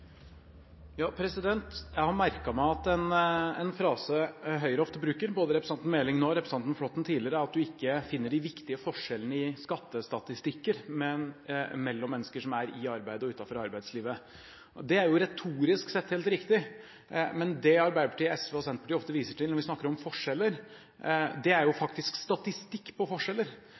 at du ikke finner de viktige forskjellene i skattestatistikker, men mellom mennesker som er i og utenfor arbeidslivet. Det er retorisk helt riktig, men det Arbeiderpartiet, SV og Senterpartiet ofte viser til når vi snakker om forskjeller, er faktisk statistikk på forskjeller.